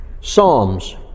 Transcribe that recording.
Psalms